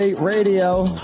radio